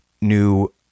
new